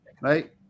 right